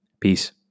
peace